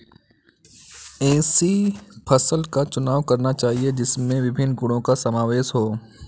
ऐसी फसल का चुनाव करना चाहिए जिसमें विभिन्न गुणों का समावेश हो